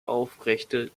aufrechte